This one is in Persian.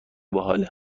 باحاله